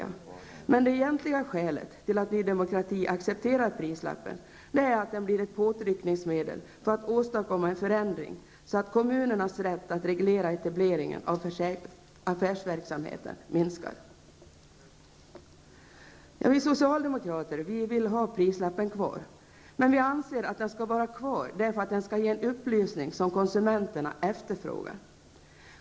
Men det egentliga skälet till att Ny Demokrati accepterar prislappen är att den blir ett påtryckningsmedel för att åstadkomma en förändring så att kommunernas rätt att reglera etableringen av affärsverksamhet minskar. Vi socialdemokrater vill ha prislappen kvar, men vi anser att den skall vara kvar därför att den skall ge en upplysning som konsumenterna efterfrågar.